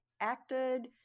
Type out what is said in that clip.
acted